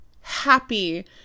happy